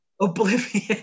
Oblivion